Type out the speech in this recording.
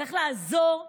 צריך לעזור למעונות,